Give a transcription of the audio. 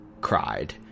cried